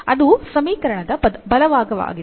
ಅದು ಸಮೀಕರಣದ ಬಲಭಾಗವಾಗಿದೆ